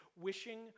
wishing